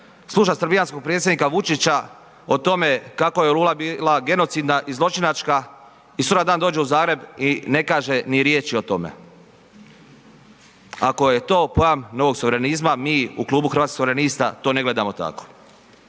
sluša srbijanskog predsjednika Vučića o tome kako je … bila genocidna i zločinačka i sutradan dođe u Zagreb i ne kaže ni riječi o tome. Ako je to pojam novog suverenizma mi u klubu Hrvatskih suverenista to ne gledamo tako.